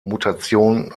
mutation